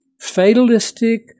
fatalistic